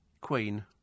Queen